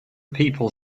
people